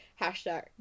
hashtag